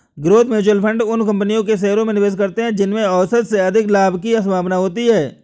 growth mutual fund उन कंपनियों के शेयरों में निवेश करते हैं जिनमें औसत से अधिक लाभ की संभावना होती है